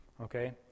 Okay